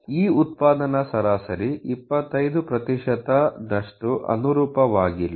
ಈ ಉತ್ಪನ್ನದ ಸರಾಸರಿ 25 ನಷ್ಟು ಅನುರೂಪವಾಗಿಲ್ಲ